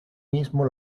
mismo